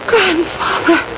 Grandfather